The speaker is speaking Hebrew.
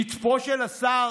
קצפו של השר,